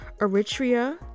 Eritrea